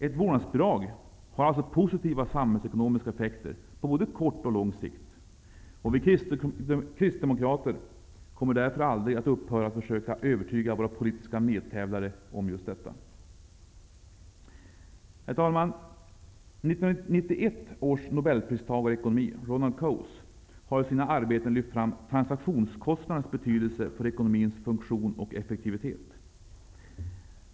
Ett vårdnadsbidrag har alltså positiva samhällsekonomiska effekter på både kort och lång sikt. Vi kristdemokrater kommer därför aldrig att upphöra att försöka övertyga våra politiska medtävlare om just detta. Herr talman! 1991 års nobelpristagare i ekonomi, Ronald Coase, har i sina arbeten lyft fram transaktionskostnadernas betydelse för ekonomins funktion och effektivitet.